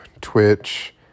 Twitch